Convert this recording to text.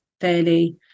fairly